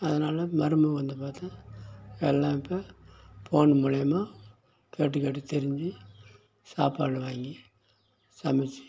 அதனால் மருமகள் வந்து பார்த்தா எல்லாம் இப்போ ஃபோன் மூலிமா கேட்டு கேட்டு தெரிஞ்சு சாப்பாடு வாங்கி சமைத்து